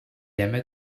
aimait